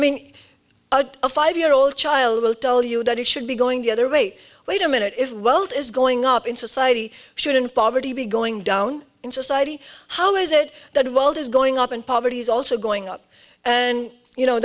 mean a five year old child will tell you that it should be going the other way wait a minute if wealth is going up into society shouldn't poverty be going down in society how is it that world is going up and poverty is also going up and you know